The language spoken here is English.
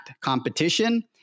competition